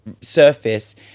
surface